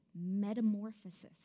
metamorphosis